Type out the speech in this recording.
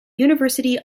university